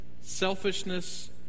selfishness